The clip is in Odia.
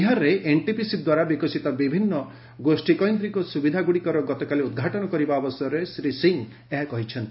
ବିହାରରେ ଏନ୍ଟିପିସି ଦ୍ୱାରା ବିକଶିତ ବିଭିନ୍ନ ଗୋଷ୍ଠୀକୈନ୍ଦ୍ରିକ ସୁବିଧା ଗୁଡ଼ିକର ଗତକାଲି ଉଦ୍ଘାଟନ କରିବା ଅବସରରେ ଶ୍ରୀ ସିଂହ ଏହା କହିଛନ୍ତି